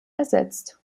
ersetzt